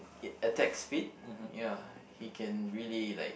it attack speed ya he can really like